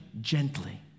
gently